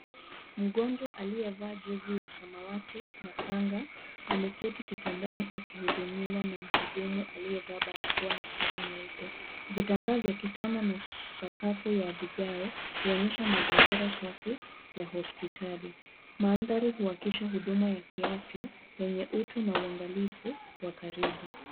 Mgonjwa aliyevaa jozi ya samawati na kanga, ameketi kitandani akihudumiwa na mhudumu aliyevaa barakoa na sare nyeupe. Vitambaa vya kitanda na safu ya vigae huonyesha mazingira safi ya hospitali. Mandhari huhakikisha huduma ya kiafya yenye utu na uangalifu wa karibu.